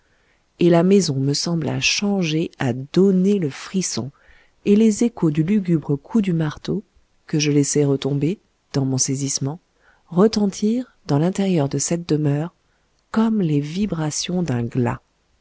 et la maison me sembla changée à donner le frisson et les échos du lugubre coup du marteau que je laissai retomber dans mon saisissement retentirent dans l'intérieur de cette demeure comme les vibrations